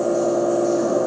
so